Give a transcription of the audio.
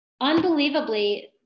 Unbelievably